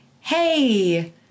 hey